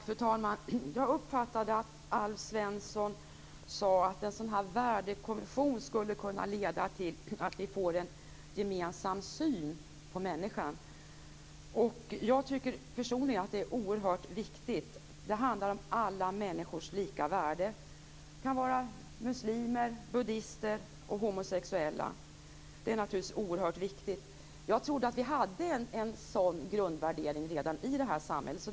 Fru talman! Jag uppfattade att Alf Svensson sade att en värdekommission skulle kunna leda till att vi får en gemensam syn på människan. Jag tycker personligen att det är oerhört viktigt. Det handlar om alla människors lika värde. Det kan vara muslimer, buddister och homosexuella. Det är naturligtvis oerhört viktigt. Jag trodde att vi redan hade en sådan grundvärdering i det här samhället.